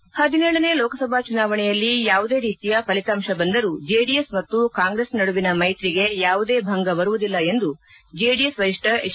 ಪದಿನೇಳನೇ ಲೋಕಸಭಾ ಚುನಾವಣೆಯಲ್ಲಿ ಯಾವುದೇ ರೀತಿಯ ಫಲಿತಾಂಶ ಬಂದರೂ ಜೆಡಿಎಸ್ ಮತ್ತು ಕಾಂಗ್ರೆಸ್ ನಡುವಿನ ಮೈತ್ರಿಗೆ ಯಾವುದೇ ಭಂಗ ಬರುವುದಿಲ್ಲ ಎಂದು ಜೆಡಿಎಸ್ ವರಿಷ್ಠ ಎಜ್